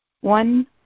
one